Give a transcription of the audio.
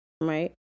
Right